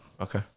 okay